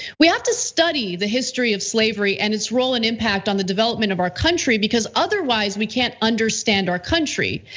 we have to study the history of slavery and its role and impact on the development of our country, because otherwise we can't understand our country.